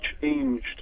changed